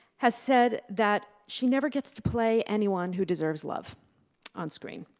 has said that she never gets to play anyone who deserves love on screen.